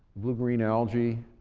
blue-green algae,